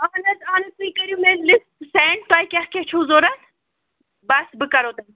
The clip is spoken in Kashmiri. اَہن حظ اَہن حظ تُہۍ کٔرِو مےٚ لِسٹ سینٛڈ تۄہہِ کیٛاہ کیٛاہ چھُو ضروٗرت بَس بہٕ کَرو تۄہہِ